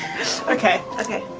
okay, okay.